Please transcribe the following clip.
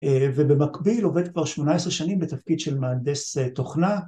ובמקביל עובד כבר שמונה עשרה שנים בתפקיד של מהנדס תוכנה